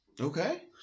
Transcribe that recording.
Okay